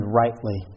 rightly